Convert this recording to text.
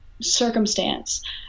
circumstance